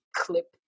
clip